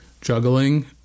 juggling